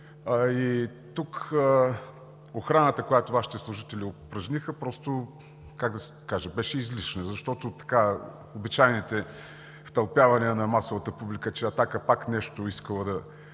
Тук охраната, която Вашите служители упражниха, просто, как да кажа – беше излишна, защото обичайните втълпявания на масовата публика, че „Атака“ пак нещо искала да